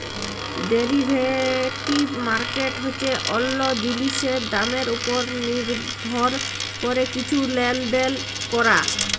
derivative market হছে অল্য জিলিসের দামের উপর লির্ভর ক্যরে কিছু লেলদেল ক্যরা